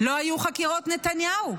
לא היו חקירות נתניהו,